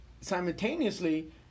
simultaneously